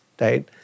right